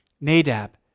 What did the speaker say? Nadab